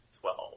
twelve